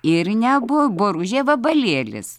ir ne bo boružė vabalėlis